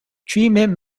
treatment